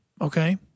Okay